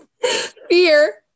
fear